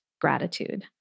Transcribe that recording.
gratitude